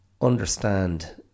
understand